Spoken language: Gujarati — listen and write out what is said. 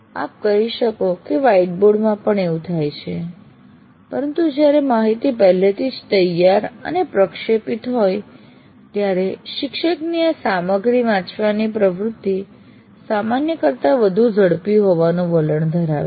આપ કહી શકો કે વ્હાઇટબોર્ડ માં પણ એવું થાય છે પરંતુ જ્યારે માહિતી પહેલેથી જ તૈયાર અને પ્રક્ષેપિત હોય ત્યારે શિક્ષકની આ સામગ્રી વાંચવાની આ પ્રવૃત્તિ સામાન્ય કરતા વધુ ઝડપી હોવાનું વલણ ધરાવે છે